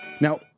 Now